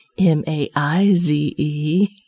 M-A-I-Z-E